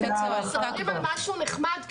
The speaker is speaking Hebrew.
אתם מספרים על משהו נחמד,